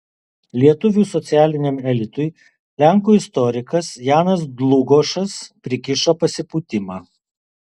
lietuvių socialiniam elitui lenkų istorikas janas dlugošas prikišo pasipūtimą